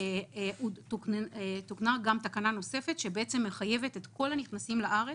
תוקננה תקנה נוספת שמחייבת את כל הנכנסים לארץ,